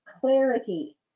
clarity